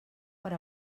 per